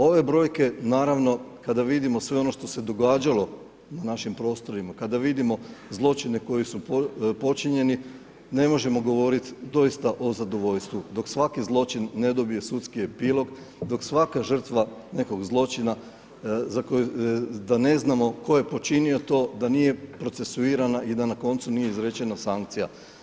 Ove brojke naravno, kada vidimo sve ono što se događalo na našim prostorima, kada vidimo zločine koji su počinjeni, ne možemo govorit doista o zadovoljstvu dok svaki zločin ne dobije sudski epilog, dok svaka žrtva nekog zločina da ne znamo tko je počinio to, da nije procesuirana i da na koncu nije izrečene sankcija.